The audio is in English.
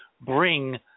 bring